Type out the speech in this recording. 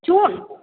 চুন